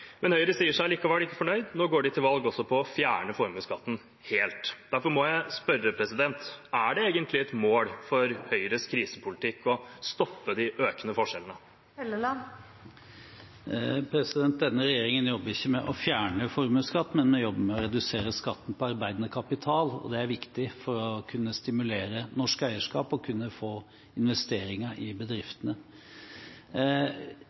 Men Høyre sier seg likevel ikke fornøyd: Nå går de også til valg på å fjerne formuesskatten helt. Derfor må jeg spørre: Er det egentlig et mål for Høyres krisepolitikk å stoppe de økende forskjellene? Denne regjeringen jobber ikke med å fjerne formuesskatten, men vi jobber med å redusere skatten på arbeidende kapital. Det er viktig for å stimulere norsk eierskap og for å få investeringer i